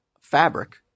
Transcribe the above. fabric